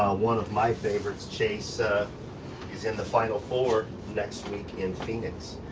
ah one of my favorites, chase, ah is in the final four next week in phoenix.